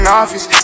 office